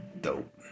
dope